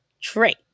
trait